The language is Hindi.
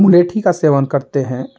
मुलेठी का सेवन करते हैं